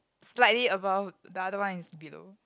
slightly above the other one is below